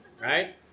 right